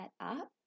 up